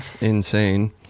Insane